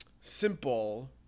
simple